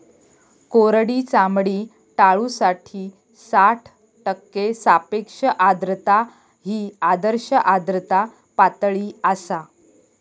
कोरडी चामडी टाळूसाठी साठ टक्के सापेक्ष आर्द्रता ही आदर्श आर्द्रता पातळी आसा